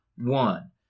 one